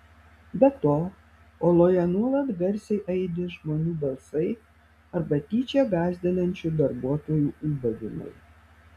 be to oloje nuolat garsiai aidi žmonių balsai arba tyčia gąsdinančių darbuotojų ūbavimai